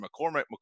McCormick